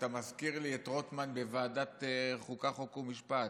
אתה מזכיר לי את רוטמן בוועדת החוקה, חוק ומשפט,